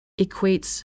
equates